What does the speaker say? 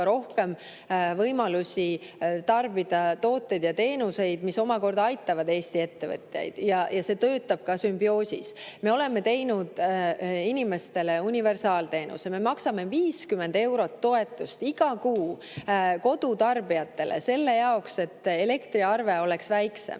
rohkem võimalusi tarbida tooteid ja teenuseid, mis omakorda aitavad Eesti ettevõtjaid. See töötab ka sümbioosis. Me oleme teinud inimestele universaalteenuse, me maksame 50 eurot toetust iga kuu kodutarbijatele selle jaoks, et elektriarve oleks väiksem.